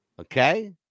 okay